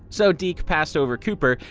so deke passed over cooper,